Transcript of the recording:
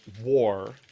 war